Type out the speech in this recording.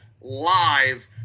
live